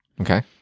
okay